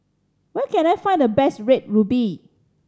where can I find the best Red Ruby